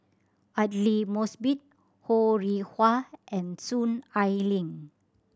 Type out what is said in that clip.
Aidli Mosbit Ho Rih Hwa and Soon Ai Ling